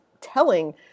telling